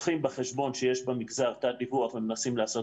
לוקחים בחשבון שיש במגזר תת-דיווח ומנסים לעשות